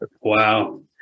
wow